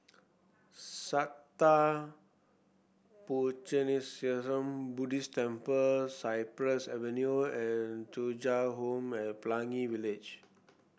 Sattha Puchaniyaram Buddhist Temple Cypress Avenue and Thuja Home at Pelangi Village